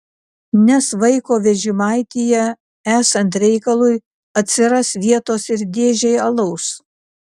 nes vaiko vežimaityje esant reikalui atsiras vietos ir dėžei alaus